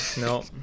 no